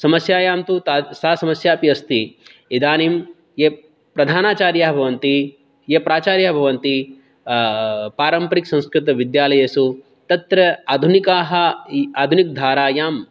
समस्यायां तु ता सा समस्या अपि अस्ति इदानीं यः प्रधानाचार्याः भवन्ति ये प्राचार्याः भवन्ति पारम्परिकसंस्कृतविद्यालयेषु तत्र आधुनिकाः आधुनिकधारायां